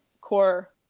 core